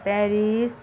Paris